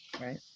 Right